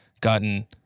gotten